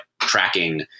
tracking